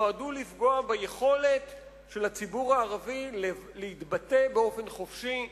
נועדו לפגוע ביכולת של הציבור הערבי להתבטא באופן חופשי,